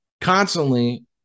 Constantly